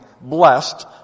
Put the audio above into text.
blessed